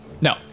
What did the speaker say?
No